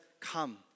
come